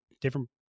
different